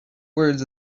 words